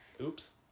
oops